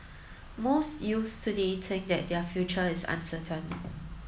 most youths today think that their future is uncertain